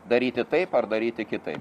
daryti tai padaryti kitaip